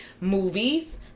Movies